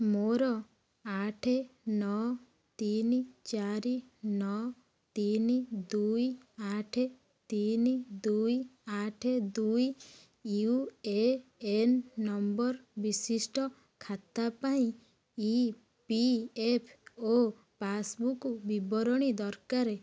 ମୋର ଆଠ ନଅ ତିନି ଚାରି ନଅ ତିନି ଦୁଇ ଆଠ ତିନି ଦୁଇ ଆଠ ଦୁଇ ୟୁ ଏ ଏନ୍ ନମ୍ବର ବିଶିଷ୍ଟ ଖାତା ପାଇଁ ଇ ପି ଏଫ୍ ଓ ପାସ୍ବୁକ୍ ବିବରଣୀ ଦରକାର